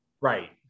Right